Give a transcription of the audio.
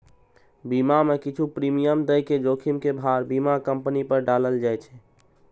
बीमा मे किछु प्रीमियम दए के जोखिम के भार बीमा कंपनी पर डालल जाए छै